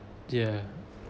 yeah